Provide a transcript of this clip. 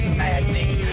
maddening